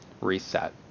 reset